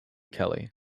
kelly